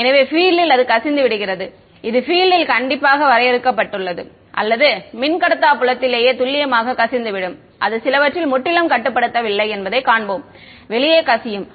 எனவே பீல்ட் ல் அது கசிந்து விடுகிறது இது பீல்ட் ல் கண்டிப்பாக வரையறுக்கப்பட்டுள்ளது அல்ல மின்கடத்தா புலத்திலேயே துல்லியமாக கசிந்து விடும் அது சிலவற்றில் முற்றிலும் கட்டுப்படுத்தப்படவில்லை என்பதைக் காண்போம் வெளியே கசியும்